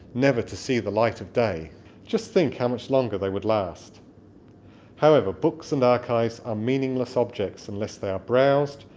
never to see the light of day just think how much longer they would last however, books and archives are meaningless objects unless they are browsed,